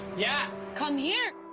yeah? come here!